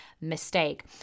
mistake